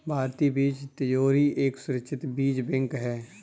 भारतीय बीज तिजोरी एक सुरक्षित बीज बैंक है